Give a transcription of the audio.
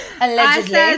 allegedly